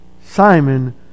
Simon